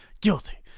guilty